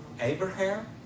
Abraham